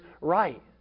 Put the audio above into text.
right